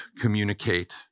communicate